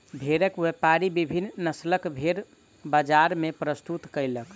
भेड़क व्यापारी विभिन्न नस्लक भेड़ बजार मे प्रस्तुत कयलक